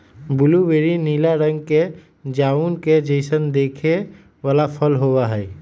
blueberry नीला रंग के जामुन के जैसन दिखे वाला फल होबा हई